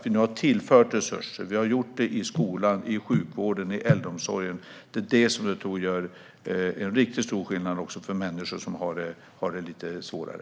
Vi har tillfört resurser till skolan, sjukvården och äldreomsorgen. Jag tror att detta gör stor skillnad för människor som har det lite svårare.